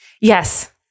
Yes